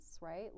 right